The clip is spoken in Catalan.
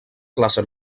classe